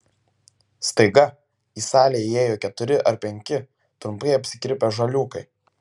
staiga į salę įėjo keturi ar penki trumpai apsikirpę žaliūkai